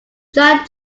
john